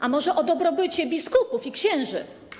A może o dobrobycie biskupów i księży?